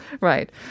right